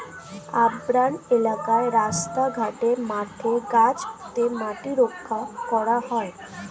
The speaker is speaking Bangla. আর্বান এলাকায় রাস্তা ঘাটে, মাঠে গাছ পুঁতে মাটি রক্ষা করা হয়